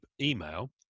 email